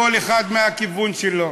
כל אחד מהכיוון שלו.